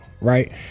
right